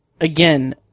again